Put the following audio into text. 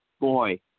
boy